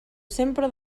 sempre